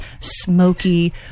smoky